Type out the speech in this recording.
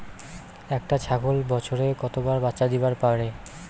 একটা ছাগল বছরে কতবার বাচ্চা দিবার পারে?